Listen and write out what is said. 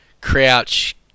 Crouch